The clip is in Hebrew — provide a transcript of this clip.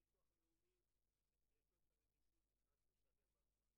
הביטוח הלאומי יש לו את הרגישות רק לשלם בזמן,